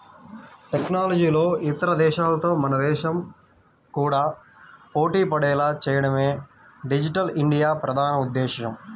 టెక్నాలజీలో ఇతర దేశాలతో మన దేశం కూడా పోటీపడేలా చేయడమే డిజిటల్ ఇండియా ప్రధాన ఉద్దేశ్యం